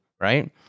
right